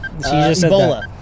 Ebola